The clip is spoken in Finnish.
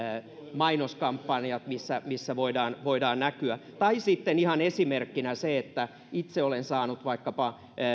mainoskampanjat missä missä voidaan voidaan näkyä tai sitten ihan esimerkkinä se että itse olen saanut vaikkapa